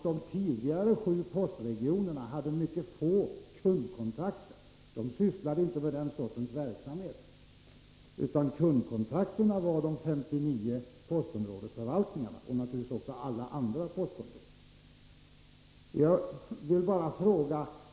De tidigare 7 postregionerna hade mycket få kundkontakter. De sysslade inte med den sortens verksamhet, utan kundkontakterna var de 59 postområdesförvaltningarna och naturligtvis alla andra postkontor.